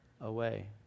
away